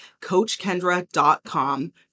coachkendra.com